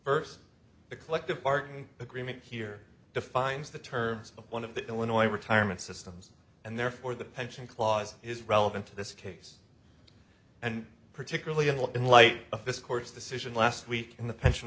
first the collective bargaining agreement here defines the terms of one of the illinois retirement systems and therefore the pension clause is relevant to this case and particularly in light in light of this court's decision last week in the pension